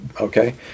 okay